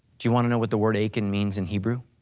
you wanna know what the word achan means in hebrew?